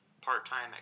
part-time